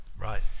Right